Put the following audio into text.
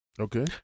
Okay